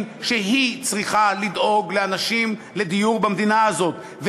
שהיא צריכה לדאוג לדיור לאנשים במדינה הזאת,